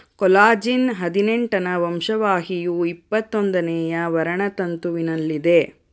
collagen ಹದಿನೆಂಟನೇ ವಂಶವಾಹಿಯು ಇಪ್ಪತ್ತೊಂದನೆಯ ವರ್ಣತಂತುವಿನಲ್ಲಿದೆ